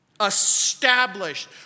established